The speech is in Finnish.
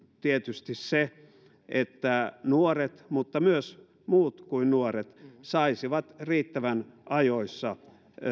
tietysti se että nuoret mutta myös muut kuin nuoret saisivat riittävän ajoissa